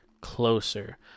closer